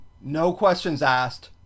no-questions-asked